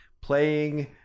playing